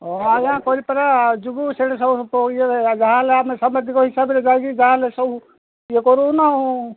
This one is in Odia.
ହଁ ଆଜ୍ଞା କରିପାରେ ଯିବୁ ସେଇଠି ସବୁ ଇଏ ଯାହା ହେଲେ ଆମେ ସାମ୍ବାଦିକ ହିସାବରେ ଯାଇକି ଯାହାହେଲେ ସବୁ ଇଏ କରୁନା